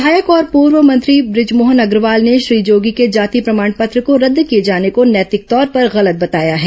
विधायक और पूर्व मंत्री बुजमोहन अग्रवाल ने श्री जोगी के जाति प्रमाण पत्र को रद्द किए जाने को नैतिक तौर पर गलत बताया है